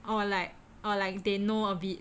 or like or like they know of it